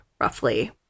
roughly